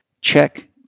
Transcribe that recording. check